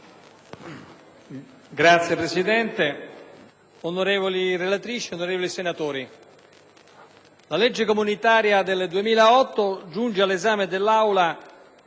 Signora Presidente, onorevoli relatrici, onorevoli senatori, la legge comunitaria 2008 giunge all'esame dell'Aula